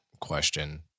question